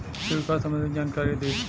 छिड़काव संबंधित जानकारी दी?